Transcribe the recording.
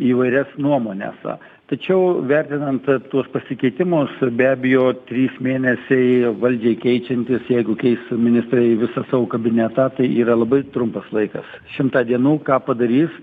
įvairias nuomones tačiau vertinant tuos pasikeitimus be abejo trys mėnesiai ėjo valdžiai keičiantis jeigu keisis ministrai visą savo kabinetą tai yra labai trumpas laikas šimtą dienų ką padarys